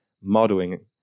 modeling